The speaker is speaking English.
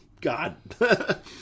God